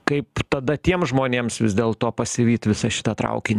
kaip tada tiem žmonėms vis dėl to pasivyt visą šitą traukinį